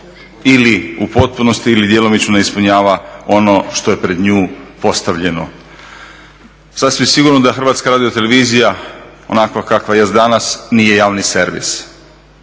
ili u potpunosti ili djelomično ispunjava ono što je pred nju postavljeno. Sasvim sigurno da HRT onakva kakva jest danas nije javni servis.